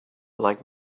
like